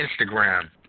Instagram